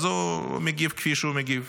אז הוא מגיב כפי שהוא מגיב.